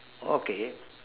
okay